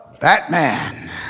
Batman